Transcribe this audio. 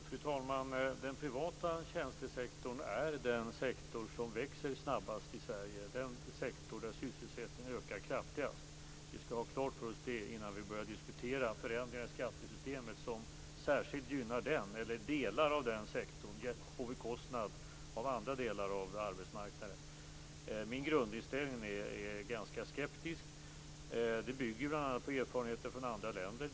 Fru talman! Den privata tjänstesektorn är den sektor som växer snabbast i Sverige. Det är den sektor där sysselsättningen ökar kraftigast. Det skall vi ha klart för oss innan vi börjar diskutera förändringar i skattesystemet som särskilt gynnar delar av den sektorn på bekostnad av andra delar av arbetsmarknaden. Min grundinställning är ganska skeptisk. Det bygger bl.a. på erfarenheter från andra länder.